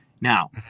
Now